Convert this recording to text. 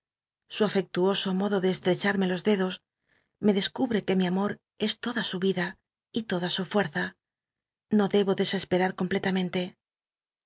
su afectuoso modo de cstrccharmc los dedos me dcscubrc que mi amor es toda su vida y toda su fuerza no debo desesperar